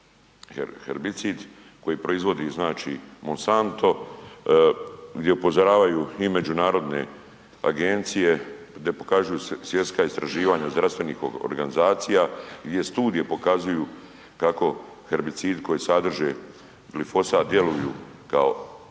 hebicid koji proizvodi znači Mosanto, gdje upozoravaju i međunarodne agencije, gdje pokazuju svjetska istraživanja zdravstvenih organizacija, gdje studije pokazuju kako herbicidi koji sadrže glifosat djeluju kao endokrini